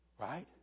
Right